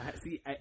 see